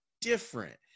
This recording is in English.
different